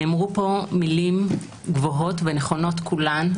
נאמרו פה מילים גבוהות ונכונות כולן,